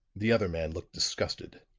the other man looked disgusted.